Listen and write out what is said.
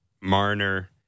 Marner